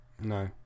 No